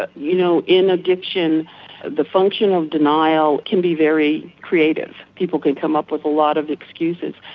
but you know in addiction the function of denial can be very creative. people can come up with a lot of excuses.